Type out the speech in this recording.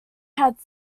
had